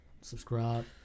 Subscribe